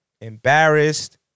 embarrassed